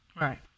Right